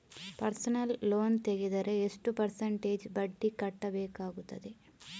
Personal loan ತೆಗೆದರೆ ಎಷ್ಟು percentage ಬಡ್ಡಿ ಕಟ್ಟಬೇಕಾಗುತ್ತದೆ?